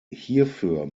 hierfür